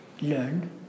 learn